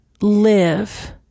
live